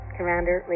Commander